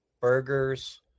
burgers